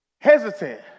hesitant